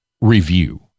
review